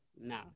No